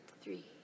three